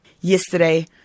Yesterday